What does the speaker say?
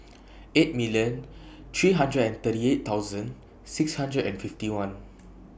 eight million three hundred and thirty eight thousand six hundred and fifty one